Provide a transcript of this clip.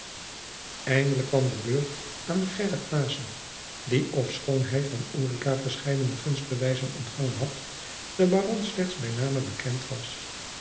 eindelijk kwam de beurt aan gheryt maessen jacob van lennep de pleegzoon die ofschoon hij van ulrica verscheidene gunstbewijzen ontfangen had den baron slechts bij name bekend was